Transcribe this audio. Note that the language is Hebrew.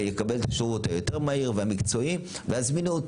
יקבל את השירות היותר מהיר והמקצועי והזמינות,